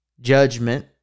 judgment